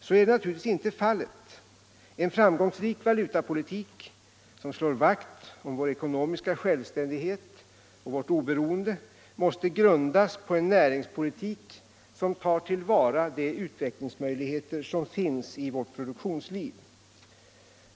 Så är naturligtvis inte fallet. En framgångsrik valutapolitik som slår vakt om vår ekonomiska självständighet och vårt oberoende måste grundas på en näringspolitik som tar till vara de utvecklingsmöjligheter som finns i vårt produktionsliv.